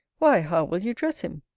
why, how will you dress him?